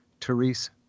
Therese